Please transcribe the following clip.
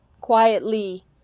quietly